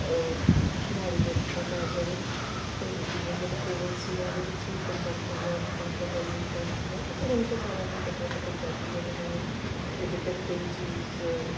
ਮਾੜੀ ਬਿਪਤਾ ਪੈ ਜਾਵੇ ਤਾਂ ਈਵਨ ਜਦੋਂ ਕੋਵਿਡ ਸੀਗਾ ਉਹਦੇ ਵਿੱਚ ਵੀ ਪੰਜਾਬੀਆਂ ਦਾ ਬਹੁਤ ਵੱਡਾ ਯੋਗਦਾਨ ਸੀਗਾ ਸੋ ਹੁਣ ਤਾਂ ਸਾਰਿਆਂ ਨੂੰ ਹੈ ਪਤਾ ਹੈ ਕਿ ਪੰਜਾਬੀ ਜਿਹੜੇ ਨੇ ਉਹ ਜੇ ਕਿਤੇ ਵੀ ਕੋਈ ਚੀਜ਼